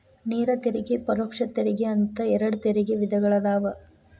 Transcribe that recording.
ನೇರ ತೆರಿಗೆ ಪರೋಕ್ಷ ತೆರಿಗೆ ಅಂತ ಎರಡ್ ತೆರಿಗೆ ವಿಧಗಳದಾವ